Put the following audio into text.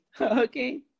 okay